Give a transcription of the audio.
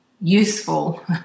useful